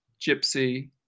gypsy